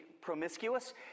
promiscuous